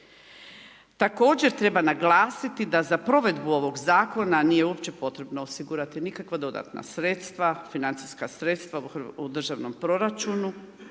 Također treba naglasiti da za provedbu ovog zakona, nije uopće potrebno osigurati nikakvo dodatna sredstva, financijska sredstva u državnom proračunu,